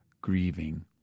Grieving